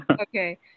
Okay